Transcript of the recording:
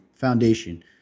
Foundation